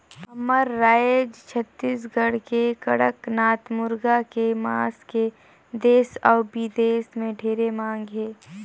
हमर रायज छत्तीसगढ़ के कड़कनाथ मुरगा के मांस के देस अउ बिदेस में ढेरे मांग हे